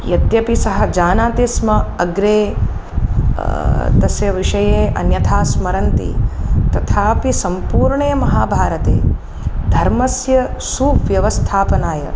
यद्यपि सः जानाति स्म अग्रे तस्य विषये अन्यथा स्मरन्ति तथापि सम्पूर्णे महाभारते धर्मस्य सुव्यवस्थापनाय